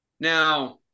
Now